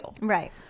Right